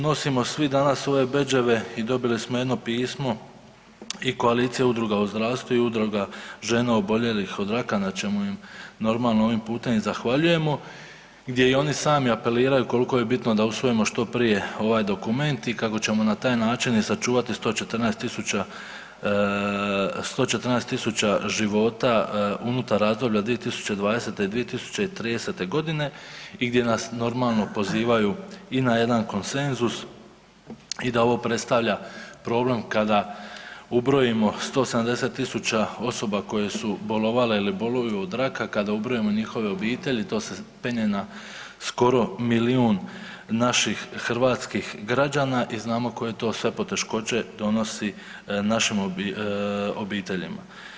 Nosimo svi danas ove bedževe i dobili smo jedno pismo i koalicija udruga u zdravstvu i udruga žena oboljelih od raka, na čemu im normalno ovim putem i zahvaljujemo gdje i oni sami apeliraju koliko je bitno da usvojimo što prije ovaj dokument i kako ćemo na taj način i sačuvati i 114 tisuća, 114 tisuća života unutar razdoblja 2020. i 2030. godine i gdje nas normalno pozivaju i na jedan konsenzus i da ovo predstavlja problem kada ubrojimo 170 tisuća osoba koje su bolovale ili boluju od raka, kada ubrojimo njihove obitelji to se penje na skoro milijun naših hrvatskih građana i znamo koje to sve poteškoće donosi našim obiteljima.